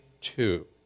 two